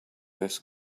this